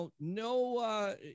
no